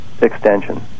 extension